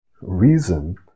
reason